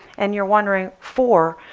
and you're wondering, four?